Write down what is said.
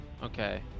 Okay